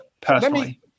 personally